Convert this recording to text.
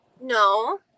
No